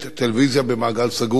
טלוויזיה במעגל סגור,